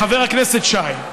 חבר הכנסת שי.